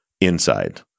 inside